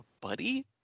buddy